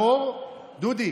דוד,